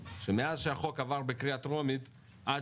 שמאז שהחוק עבר בקריאה טרומית ועד